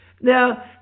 Now